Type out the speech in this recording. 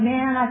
Man